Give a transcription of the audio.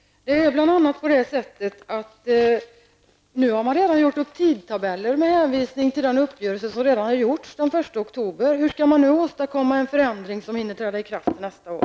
Nu har man redan gjort upp tidtabeller med hänvisning till den uppgörelse som har träffats den 1 oktober. Hur skall man kunna åstadkomma en förändring som hinner träda i kraft nästa år?